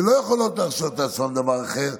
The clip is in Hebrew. שלא יכולות להרשות לעצמן דבר אחר,